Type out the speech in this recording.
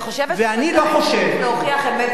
אני חושבת שעדיין צריך להוכיח "אמת